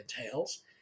entails